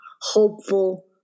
hopeful